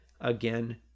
again